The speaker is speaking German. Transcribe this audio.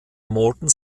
morton